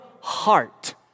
heart